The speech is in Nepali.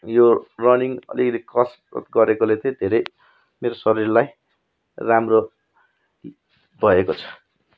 उयो रनिङ अलिकति कसरत गरेकोले चाहिँ धेरै मेरो शरीरलाई राम्रो भएको छ